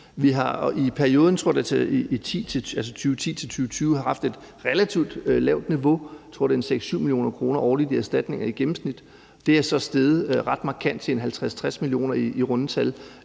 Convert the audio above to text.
Vi har i perioden 2010- 2020 haft et relativt lavt niveau, jeg tror, det er 6-7 mio. kr. årligt i erstatninger i gennemsnit, og det er så steget ret markant til 50-60 mio. kr. i runde tal